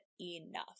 enough